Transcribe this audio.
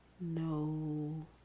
no